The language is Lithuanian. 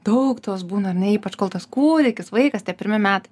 daug tos būna ar ne ypač kol tas kūdikis vaikas tie pirmi metai